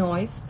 noise